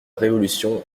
révolution